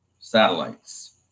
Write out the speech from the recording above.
satellites